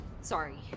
Sorry